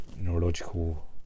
neurological